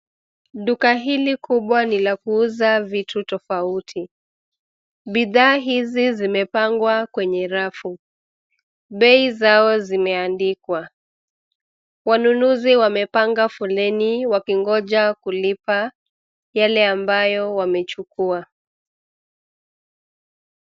Duka hili kubwa ni la kuuza vitu tofauti. Bidhaa hizi zimepangwa kwenye rafu. Bei zao zimeandikwa. Wanunuzi wamepanga foleni wakingoja kulipa yale ambayo wamechukua.